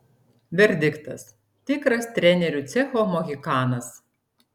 verdiktas tikras trenerių cecho mohikanas